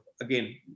Again